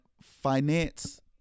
finance